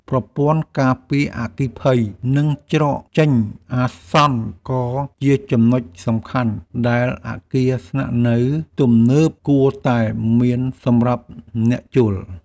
ប្រព័ន្ធការពារអគ្គិភ័យ និងច្រកចេញអាសន្នក៏ជាចំណុចសំខាន់ដែលអគារស្នាក់នៅទំនើបគួរតែមានសម្រាប់អ្នកជួល។